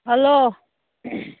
hello